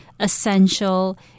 essential